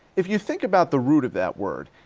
if you think about the root of that word,